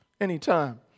anytime